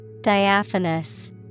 Diaphanous